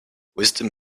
wisdom